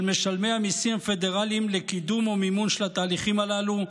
משלמי המיסים הפדרליים לקידום או מימון של התהליכים הללו,